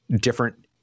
different